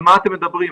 על מה אתם מדברים?